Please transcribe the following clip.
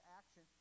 action